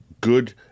good